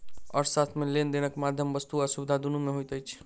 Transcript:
अर्थशास्त्र मे लेन देनक माध्यम वस्तु आ सुविधा दुनू मे होइत अछि